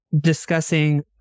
Discussing